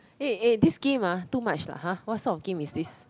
eh this game eh too much lah !ha! what sort of game is this